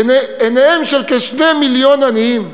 עיניהם של כ-2 מיליון עניים,